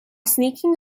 sneaking